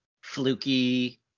fluky